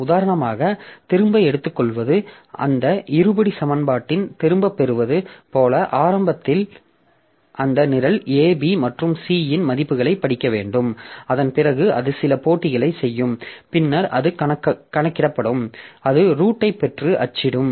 உதாரணமாக திரும்ப எடுத்துக்கொள்வது அந்த இருபடி சமன்பாட்டை திரும்பப் பெறுவது போல ஆரம்பத்தில் அந்த நிரல் a b மற்றும் c இன் மதிப்புகளைப் படிக்க வேண்டும் அதன் பிறகு அது சில போட்டிகளைச் செய்யும் பின்னர் அது கணக்கிடப்படும் அது ரூடை பெற்று அச்சிடும்